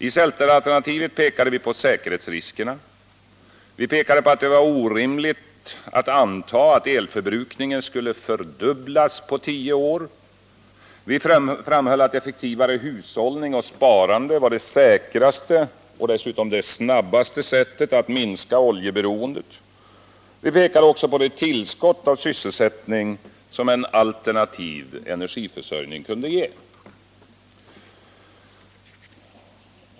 I centeralternativet pekade vi på säkerhetsriskerna och på att det var ett orimligt antagande att elförbrukningen skulle fördubblas på tio år. Vi framhöll att effektivare hushållning och sparande var det säkraste och snabbaste sättet att minska oljeberoendet. Vi pekade också på det tillskott av sysselsättning som en alternativ energiförsörjning kunde ge.